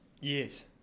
Yes